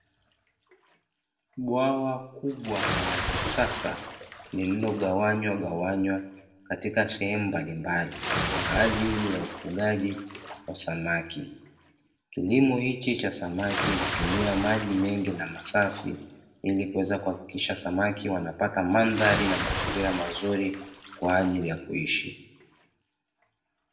Bwawa kubwa na la kisasa, lililo gawanywagawanywa katika sejemu mbalimbali, kwa ajili ya ufugaji wa samaki. Kilimo hichi cha samaki hutumia maji mengi na masafi, ili kuweza kuhakikisha samaki wanapata mandhari na mazingira mazuri kwa ajili ya kuishi.